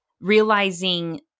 realizing